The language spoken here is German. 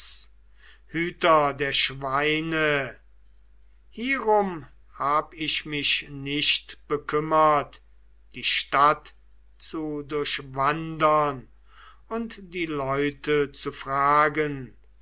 hüter der schweine hierum hab ich mich nicht bekümmert die stadt zu durchwandern und die leute zu fragen